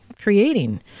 creating